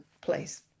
place